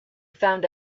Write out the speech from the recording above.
found